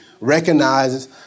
recognizes